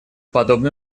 подобные